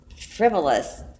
frivolous